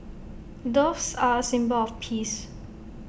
doves are A symbol of peace